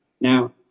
Now